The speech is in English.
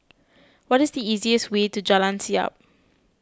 what is the easiest way to Jalan Siap